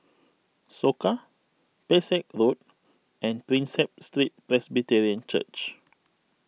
Soka Pesek Road and Prinsep Street Presbyterian Church